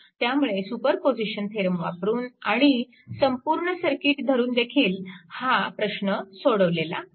त्यामुळे superposition theorem वापरून आणि संपूर्ण सर्किट धरूनदेखील हा प्रश्न सोडवला आहे